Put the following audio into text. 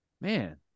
Man